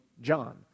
John